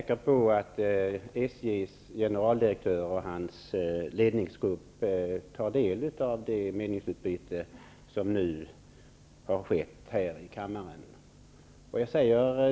Herr talman! Jag är säker på att SJ:s generaldirektör och hans ledningsgrupp tar del av det meningsutbyte som nu har skett här i kammaren.